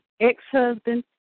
Ex-husband